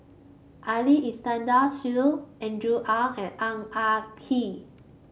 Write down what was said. Ali Iskandar Shah Andrew Ang and Ang Ah Tee